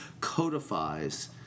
codifies